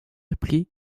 appelés